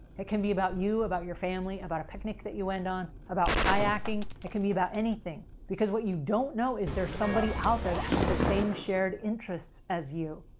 it can be about you, about your family, about a picnic that you went on, about kayaking. it can be about anything because what you don't know is there's somebody out there that has the same shared interests as you.